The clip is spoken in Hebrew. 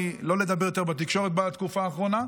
לא לדבר יותר בתקשורת בתקופה האחרונה,